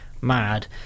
mad